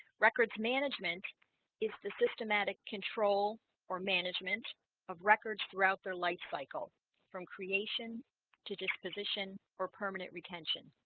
records management is the systematic control or management of records throughout their lifecycle from creation to disposition or permanent retention